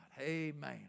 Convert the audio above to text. Amen